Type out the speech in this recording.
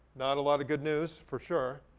not a lot of good news for sure.